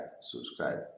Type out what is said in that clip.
subscribe